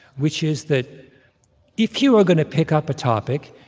which is that if you are going to pick up a topic,